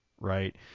right